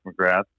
McGrath